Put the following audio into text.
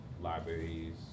libraries